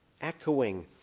Echoing